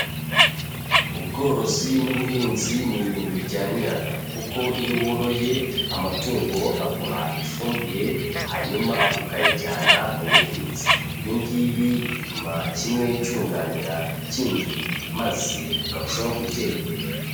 Ubworozi n'ubuhinzi ni ibintu bijyanirana, kuko iyo woroye amatungo aguha ifumbire hanyuma ukayijyana mu buhinzi, ibi ngibi bituma kimwe cyunganira ikindi maze ukarushaho gutera imbere.